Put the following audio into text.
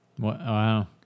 Wow